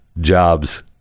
jobs